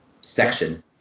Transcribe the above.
section